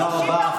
אפילו, תודה רבה.